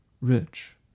rich